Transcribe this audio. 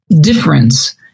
difference